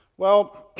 well,